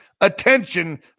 attention